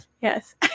Yes